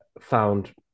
found